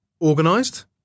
organised